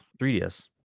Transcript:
3DS